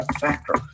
factor